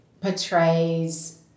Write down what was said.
portrays